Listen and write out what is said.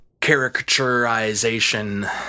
caricaturization